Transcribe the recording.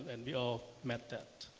and we all met that.